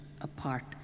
apart